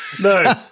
No